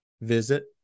visit